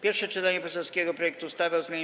Pierwsze czytanie poselskiego projektu ustawy o zmianie